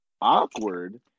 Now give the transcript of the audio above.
awkward